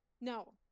No